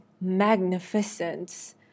magnificent